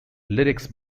lyrics